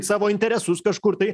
savo interesus kažkur tai